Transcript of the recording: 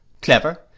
Clever